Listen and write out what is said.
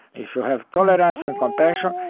if you have tolerance and compassion,